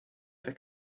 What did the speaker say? weg